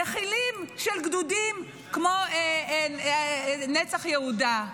נחילים של גדודים כמו נצח יהודה.